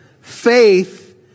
Faith